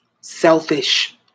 selfish